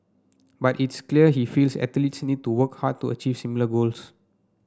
but it's clear he feels athletes need to work hard to achieve similar goals